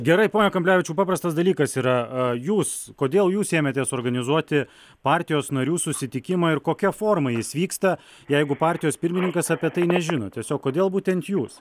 gerai pone kamblevičiau paprastas dalykas yra a jūs kodėl jūs ėmėtės organizuoti partijos narių susitikimą ir kokia forma jis vyksta jeigu partijos pirmininkas apie tai nežino tiesiog kodėl būtent jūs